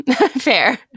fair